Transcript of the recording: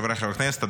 חבריי חברי הכנסת,